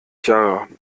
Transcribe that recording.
jahren